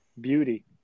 beauty